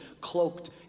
cloaked